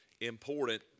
important